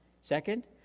Second